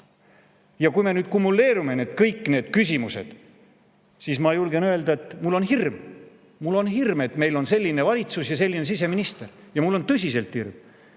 Kui me nüüd kõik need küsimused kumuleerime, siis ma julgen öelda, et mul on hirm. Mul on hirm, et meil on selline valitsus ja selline siseminister. Mul on tõsiselt hirm.